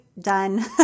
done